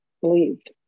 believed